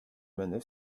manœuvre